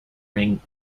ring